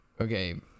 Okay